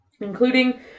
including